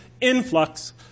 influx